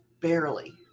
barely